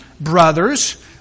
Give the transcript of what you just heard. brothers